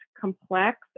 complex